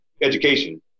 education